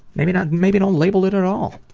maybe don't maybe don't label it at all.